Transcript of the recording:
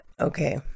Okay